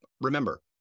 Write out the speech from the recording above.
Remember